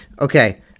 Okay